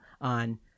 on